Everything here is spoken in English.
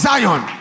Zion